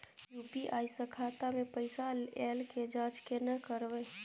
UPI स खाता मे पैसा ऐल के जाँच केने करबै?